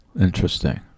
Interesting